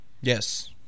Yes